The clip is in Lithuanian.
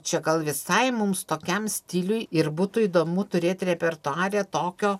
čia gal visai mums tokiam stiliui ir būtų įdomu turėt repertuare tokio